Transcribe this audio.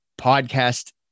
Podcast